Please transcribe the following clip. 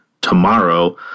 tomorrow